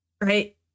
Right